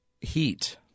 Heat